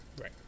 Right